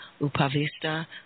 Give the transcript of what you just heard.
upavista